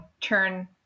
turn